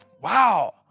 wow